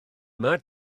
yma